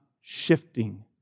shifting